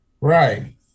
Right